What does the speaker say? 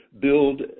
build